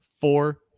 four